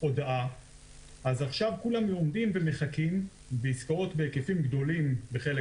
הודעה אז עכשיו כולם עומדים ומחכים בעסקאות בהיקפים גדולים ובחלק